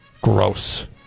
gross